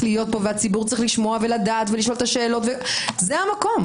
להיות פה והציבור צריך לשמוע ולדעת ולשאול את השאלות זה המקום.